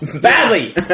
Badly